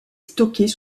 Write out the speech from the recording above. stockés